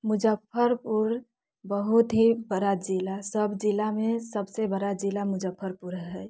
मुजफ्फरपुर बहुत ही बड़ा जिला सभ जिलामे सभसँ बड़ा जिला मुजफ्फरपुर हय